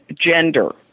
gender